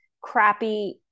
crappy